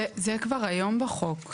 זה כבר היום בחוק.